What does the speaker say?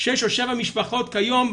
שש או שבע משפחות כהיום,